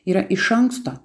yra iš anksto